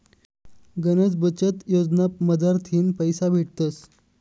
गनच बचत योजना मझारथीन पैसा भेटतस